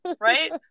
right